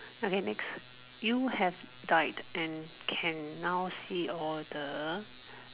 okay next you have died and can now see all the